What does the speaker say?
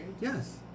Yes